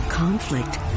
conflict